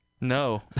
No